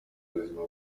buzima